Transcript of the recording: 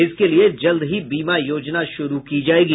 इसके लिए जल्द ही बीमा योजना शुरू की जायेगी